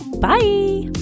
Bye